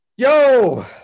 Yo